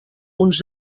uns